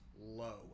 low